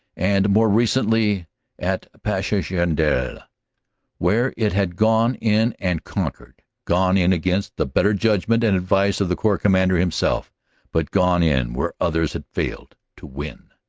and more recently at passchendaele where it had gone in and conquered gone in against the better judg ment and advice of the corps commander himself but gone in where others had failed, to win.